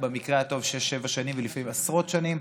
במקרה הטוב שש-שבע שנים ולפעמים עשרות שנים,